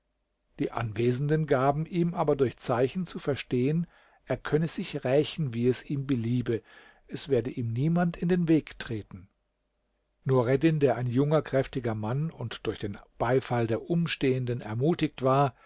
die anwesenden gaben ihm aber durch zeichen zu verstehen er könne sich rächen wie es ihm beliebe es werde ihm niemand in den weg treten nureddin der ein junger kräftiger mann und durch den beifall der umstehenden ermutigt war